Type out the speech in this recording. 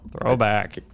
Throwback